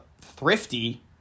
Thrifty